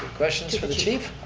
questions for the chief.